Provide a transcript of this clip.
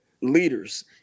leaders